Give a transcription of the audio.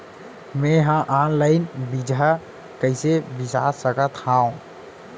मे हा अनलाइन बीजहा कईसे बीसा सकत हाव